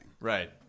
Right